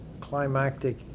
climactic